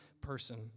person